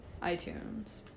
iTunes